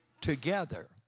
together